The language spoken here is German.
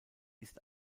ist